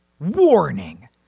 Warning